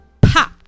pop